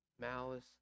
malice